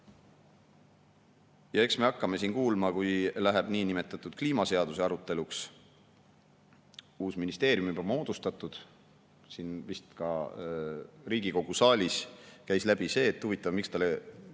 Eks me hakkame siin kuulma, kui läheb niinimetatud kliimaseaduse aruteluks. Uus ministeerium on juba moodustatud. Vist ka Riigikogu saalist käis läbi see, et huvitav, miks talle